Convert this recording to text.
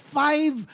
five